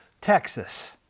Texas